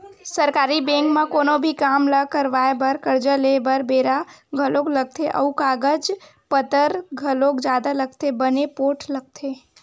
सरकारी बेंक म कोनो भी काम ल करवाय बर, करजा लेय बर बेरा घलोक लगथे अउ कागज पतर घलोक जादा लगथे बने पोठ लगथे